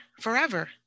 forever